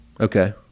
Okay